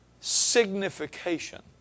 signification